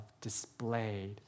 displayed